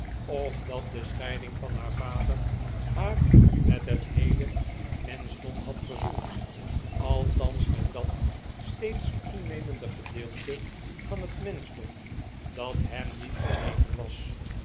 of dat de scheiding van haar vader haar met het heele menschdom had verzoend althans met dat steeds toenemende gedeelte van het menschdom dat hem niet genegen was